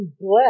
bless